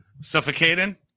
suffocating